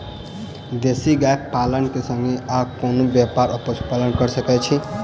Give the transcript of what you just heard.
देसी गाय पालन केँ संगे आ कोनों व्यापार वा पशुपालन कऽ सकैत छी?